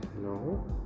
No